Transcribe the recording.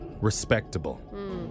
Respectable